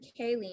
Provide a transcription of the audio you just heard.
Kayleen